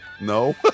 No